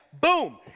Boom